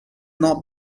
not